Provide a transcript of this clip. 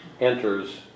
enters